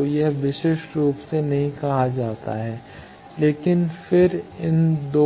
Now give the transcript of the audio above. तो यह विशिष्ट रूप से नहीं कहा जाता है लेकिन फिर इन 2